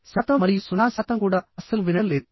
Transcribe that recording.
శాతం మరియు 0 శాతం కూడా అస్సలు వినడం లేదు